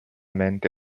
mente